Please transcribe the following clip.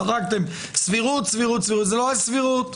זרקתם סבירות סבירות, זה לא רק סבירות.